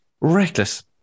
reckless